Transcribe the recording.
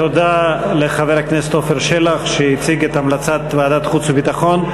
תודה לחבר הכנסת עפר שלח שהציג את המלצת ועדת החוץ והביטחון.